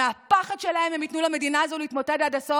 מהפחד שלהם הם ייתנו למדינה הזאת להתמוטט עד הסוף,